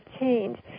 change